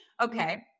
Okay